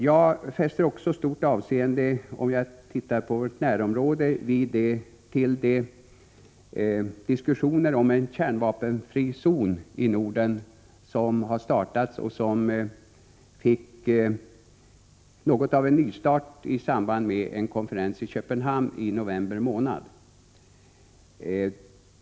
Jag fäster också stort avseende, om jag ser på vårt närområde, vid de diskussioner om en kärnvapenfri zon i Norden som har startats och som fick något av en nystart i samband med konferensen i Köpenhamn i november förra året.